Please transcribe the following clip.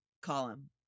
column